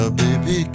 baby